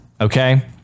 Okay